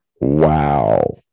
Wow